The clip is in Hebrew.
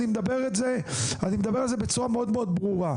אני מדבר על זה בצורה מאוד מאוד ברורה.